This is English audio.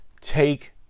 Take